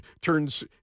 turns